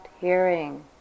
hearing